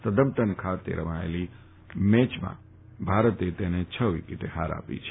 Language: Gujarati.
સધમ્પ્ટન ખાતે રમાયેલી મેચમાં ભારતે તેને છ વિકેટે ફાર આપી છે